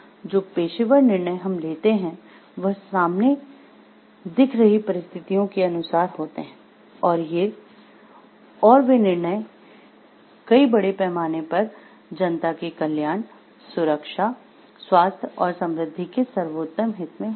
जो पेशेवर निर्णय हम लेते है वह सामने दिख रहीं परिस्थितियों के अनुसार होते हैं और वे निर्णय बड़े पैमाने पर जनता के कल्याण सुरक्षा स्वास्थ्य और समृद्धि के सर्वोत्तम हित में होते है